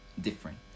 different